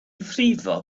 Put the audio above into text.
frifo